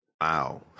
Wow